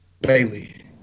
Bailey